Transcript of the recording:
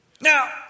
Now